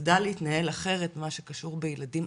תדע להתנהל אחרת במה שקשור בילדים.